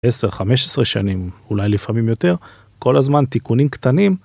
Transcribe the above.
10 15 שנים אולי לפעמים יותר כל הזמן תיקונים קטנים.